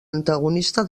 antagonista